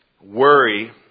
worry